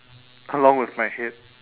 along with my head